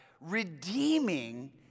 redeeming